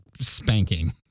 spanking